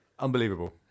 unbelievable